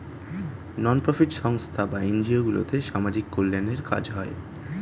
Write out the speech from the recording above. নন profit সংস্থা বা NGO গুলোতে সামাজিক কল্যাণের কাজ হয়